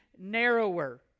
narrower